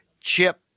Chip